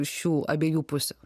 šių abiejų pusių